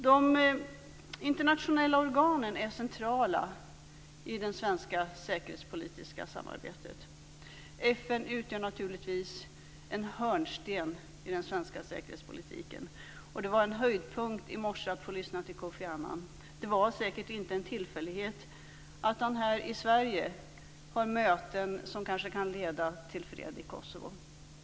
De internationella organen är centrala i det svenska säkerhetspolitiska samarbetet. FN utgör naturligtvis en hörnsten i den svenska säkerhetspolitiken. Det var en höjdpunkt i morse att lyssna till Kofi Annan. Det var säkert inte en tillfällighet att han här i Sverige har möten som kanske kan leda till fred i Kosovo.